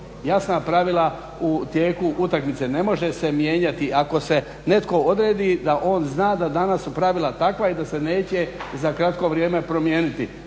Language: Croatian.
jasna pravila u tijeku utakmice. Ne može se mijenjati, ako se netko odredi da on zna da danas su pravila takva i da se neće za kratko vrijeme promijeniti.